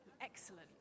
Excellent